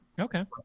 Okay